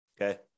okay